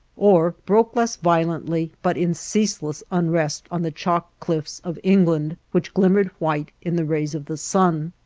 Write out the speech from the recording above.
or broke less violently but in ceaseless unrest on the chalk cliffs of england which glimmered white in the rays of the sun.